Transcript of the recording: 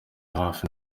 hafi